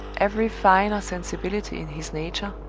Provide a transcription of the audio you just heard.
every finer sensibility in his nature,